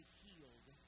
healed